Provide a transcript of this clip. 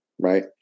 right